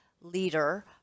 leader